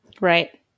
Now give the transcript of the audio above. Right